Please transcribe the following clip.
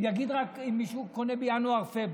ויגיד: רק אם מישהו קונה בינואר-פברואר.